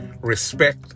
respect